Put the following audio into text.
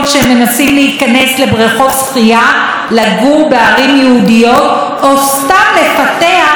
לגור בערים יהודיות או סתם לפתח בערים שלהם אזורי תעשייה.